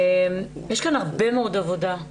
יש כאן הרבה מאוד עבודה.